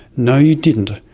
no you didn't.